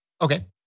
okay